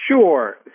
Sure